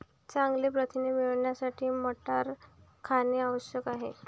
चांगले प्रथिने मिळवण्यासाठी मटार खाणे आवश्यक आहे